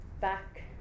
back